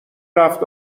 رفت